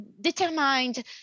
determined